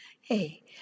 Hey